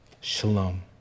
Shalom